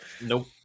Nope